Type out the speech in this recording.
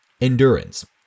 endurance